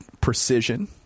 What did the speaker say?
precision